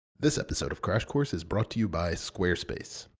this episode of crash course is brought to you by squarespace.